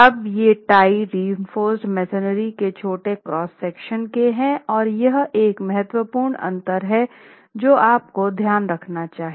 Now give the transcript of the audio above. अब ये tie reinforced masonry के छोटे क्रॉस सेक्शन के हैं और यह एक महत्वपूर्ण अंतर है जो आपको ध्यान रखना चाहिए